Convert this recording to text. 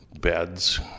beds